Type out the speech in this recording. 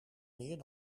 meer